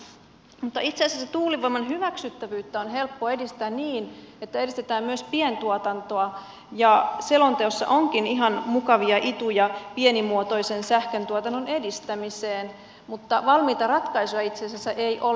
mutta itse asiassa tuulivoiman hyväksyttävyyttä on helppo edistää niin että edistetään myös pientuotantoa ja selonteossa onkin ihan mukavia ituja pienimuotoisen sähköntuotannon edistämiseen mutta valmiita ratkaisuja ei itse asiassa ole